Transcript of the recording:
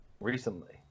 recently